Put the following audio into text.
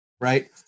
right